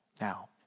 Now